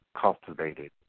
cultivated